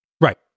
Right